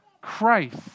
Christ